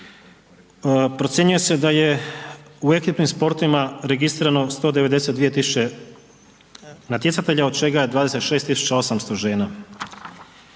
Procjenjuje se da je u ekipnim sportovima registrirano 192 tisuće natjecatelja od čega je 26 tisuća 800 žena.